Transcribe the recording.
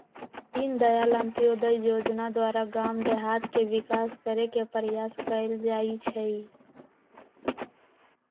दीनदयाल अंत्योदय जोजना द्वारा गाम देहात के विकास करे के प्रयास कएल जाइ छइ